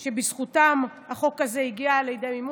על כך שבזכותם החוק הזה הגיע לידי מימוש.